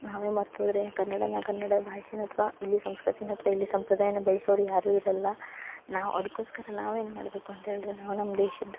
ನಾವೇ ಮರ್ತು ಹೋದರೆ ಕನ್ನಡನ ಕನ್ನಡ ಭಾಷೆನ ಅಥ್ವ ಇಲ್ಲಿ ಸಂಸ್ಕೃತಿನ ಅಥ್ವ ಇಲ್ಲಿ ಸಂಪ್ರದಾಯನ ಬೆಳ್ಸೋರು ಯಾರು ಇರಲ್ಲ ನಾವು ಅದಕ್ಕೋಸ್ಕರ ನಾವೇನು ಮಾಡ್ಬೇಕು ಅಂತೇಳ್ದ್ರೆ ನಾವು ನಮ್ಮ ದೇಶದ್ದು